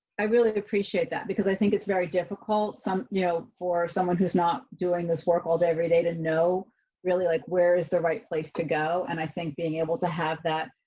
i really appreciate that because i think it's very difficult. some, you know, for someone who's not doing this work all day every day to know really like where's the right place to go. and i think being able to have that,